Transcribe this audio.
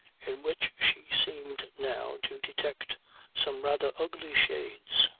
in which she seemed now to detect some rather ugly shades,